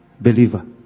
Believer